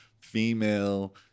female